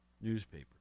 Newspaper